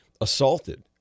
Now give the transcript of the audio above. assaulted